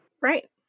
Right